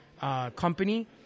company